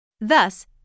Thus